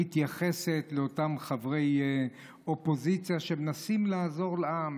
מתייחסת לאותם חברי אופוזיציה שמנסים לעזור לעם,